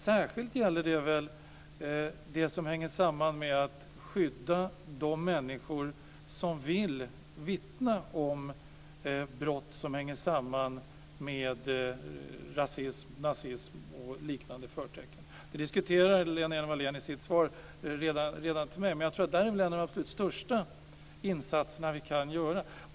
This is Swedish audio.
Särskilt gäller det väl detta att skydda de människor som vill vittna om brott som hänger samman med rasism, nazism och liknande förtecken. Lena Hjelm-Wallén diskuterade det redan i sitt svar till mig. Det är en av de absolut största insatserna vi kan göra.